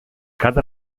cada